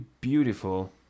beautiful